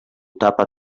tapa